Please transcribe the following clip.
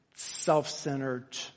Self-centered